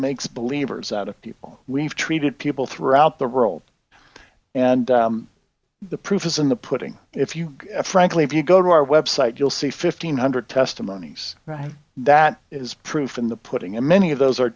makes believers out of people we've treated people throughout the world and the proof is in the putting if you frankly if you go to our website you'll see fifteen hundred testimonies right that is proof in the putting in many of those